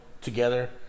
together